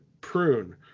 prune